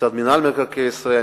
מצד מינהל מקרקעי ישראל,